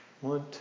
one